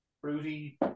fruity